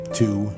two